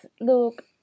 look